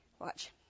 Watch